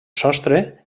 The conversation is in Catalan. sostre